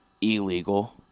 illegal